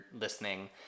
listening